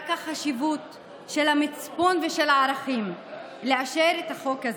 רק החשיבות המצפונית והערכית שבאישור את החוק הזה.